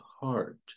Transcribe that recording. heart